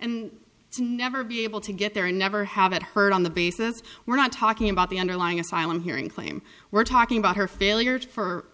and to never be able to get there and never have it heard on the basis we're not talking about the underlying asylum hearing claim we're talking about her failure for